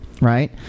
right